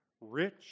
rich